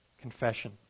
confession